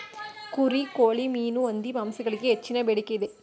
ಕುರಿ, ಕೋಳಿ, ಮೀನು, ಹಂದಿ ಮಾಂಸಗಳಿಗೆ ಹೆಚ್ಚಿನ ಬೇಡಿಕೆ ಇದೆ